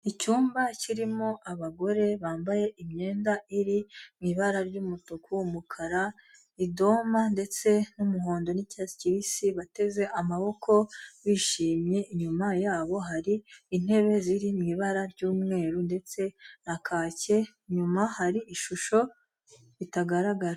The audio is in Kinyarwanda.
Icyumba kirimo abagore, bambaye imyenda iri mu ibara ry'umutu, umukara, idoma, ndetse n'umuhondo n'icyatsi kibisi, bateze amaboko, bishimye, inyuma yabo hari intebe, ziri mu ibara ry'umweru, ndetse na kake, inyuma hari ishusho, ritagaragara.